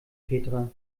petra